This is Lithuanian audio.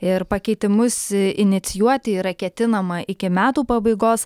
ir pakeitimus inicijuoti yra ketinama iki metų pabaigos